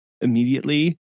immediately